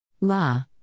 La